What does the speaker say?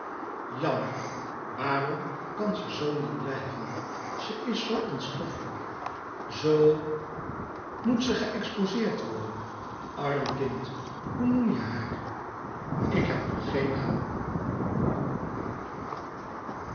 jammer waarom kan ze zoo niet blijven ze is zoo onstoffelijk zoo moet ze geëxpozeerd worden arm kind hoe noem je haar louis couperus metamorfoze ik heb nog geen naam